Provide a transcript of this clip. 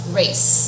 race